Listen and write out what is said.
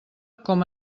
com